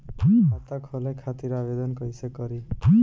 खाता खोले खातिर आवेदन कइसे करी?